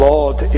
Lord